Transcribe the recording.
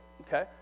okay